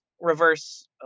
reverse